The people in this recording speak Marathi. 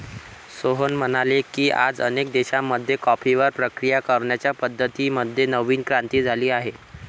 सोहन म्हणाले की, आज अनेक देशांमध्ये कॉफीवर प्रक्रिया करण्याच्या पद्धतीं मध्ये नवीन क्रांती झाली आहे